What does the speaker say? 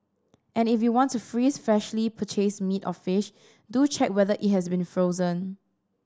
and if you want to freeze freshly purchased meat or fish do check whether it has been frozen